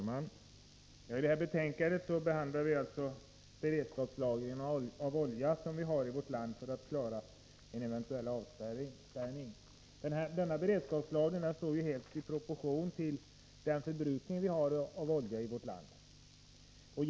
Herr talman! I betänkandet behandlas den beredskapslagring av olja som vi har i vårt land för att klara en eventuell avspärrning. Denna beredskapslagring står helt i proportion till landets oljeförbrukning.